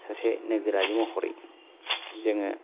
सासे नोगोरारि महरै जोङो